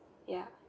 ya